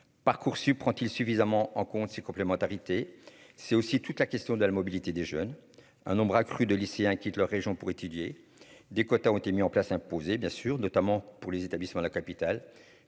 Parcoursup prend-il suffisamment en compte ses complémentarités, c'est aussi toute la question de la mobilité des jeunes un nombre accru de lycéens quittent leur région pour étudier des quotas ont été mis en place, imposer, bien sûr, notamment pour les établissements de la capitale,